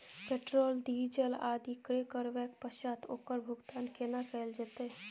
Petrol, diesel आदि क्रय करबैक पश्चात ओकर भुगतान केना कैल जेतै?